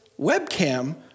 webcam